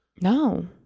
No